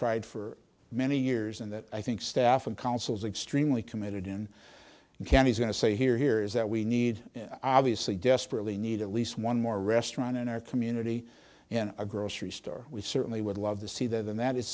tried for many years and that i think staff and councils are extremely committed in and can is going to say here here is that we need obviously desperately need at least one more restaurant in our community in a grocery store we certainly would love to see that and that is